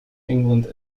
england